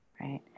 right